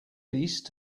east